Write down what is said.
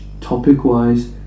topic-wise